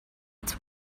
its